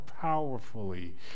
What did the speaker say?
powerfully